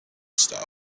stopped